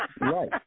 Right